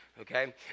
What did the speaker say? okay